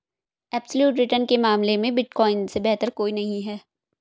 absolute return के मामले में बिटकॉइन से बेहतर कोई नहीं है